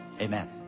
Amen